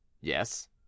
Yes